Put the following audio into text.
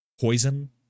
poison